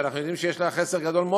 שאנחנו יודעים שיש לה חסר גדול,